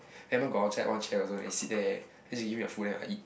rememeber go outside one chair also can sit there then she give me the food then I eat